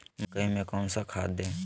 मकई में कौन सा खाद दे?